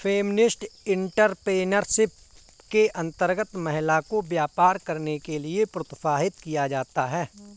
feminist entrepreneurship के अंतर्गत महिला को व्यापार करने के लिए प्रोत्साहित किया जाता है